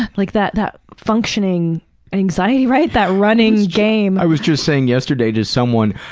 like that that functioning anxiety, right? that running game. i was just saying yesterday to someone,